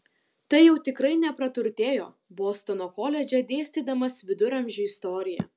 tai jau tikrai nepraturtėjo bostono koledže dėstydamas viduramžių istoriją